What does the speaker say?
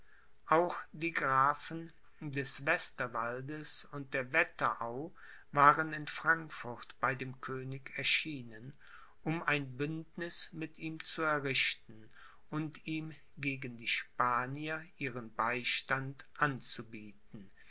auch die grafen des westerwaldes und der wetterau waren in frankfurt bei dem könig erschienen um ein bündniß mit ihm zu errichten und ihm gegen die spanier ihren beistand anzubieten